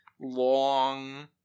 long